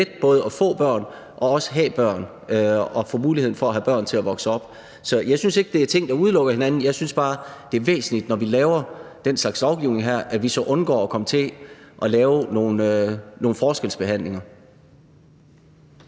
både at få børn og også have børn og få muligheden for at have børn til at vokse op. Så jeg synes ikke, det er ting, der udelukker hinanden. Jeg synes bare, det er væsentligt, når vi laver den her slags lovgivning, at vi så undgår at komme til at lave nogle forskelsbehandlinger.